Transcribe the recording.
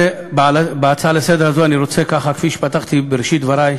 בהצעה הזאת לסדר-היום, כפי שפתחתי בראשית דברי,